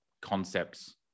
concepts